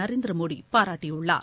நரேந்திரமோடபாராட்டியுள்ளார்